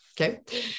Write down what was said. Okay